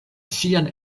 sian